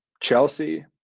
Chelsea